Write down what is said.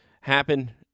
happen